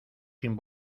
sin